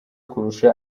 kurusha